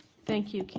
thank you, kate,